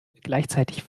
gleichzeitig